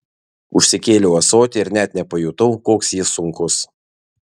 užsikėliau ąsotį ir net nepajutau koks jis sunkus